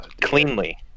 cleanly